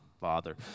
father